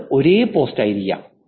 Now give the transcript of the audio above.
അത് ഒരേ പോസ്റ്റായിരിക്കാം